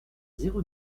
zéro